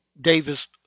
Davis